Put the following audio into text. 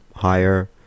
higher